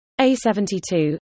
A72